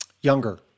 Younger